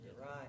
right